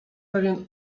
pewien